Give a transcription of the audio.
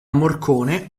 morcone